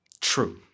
True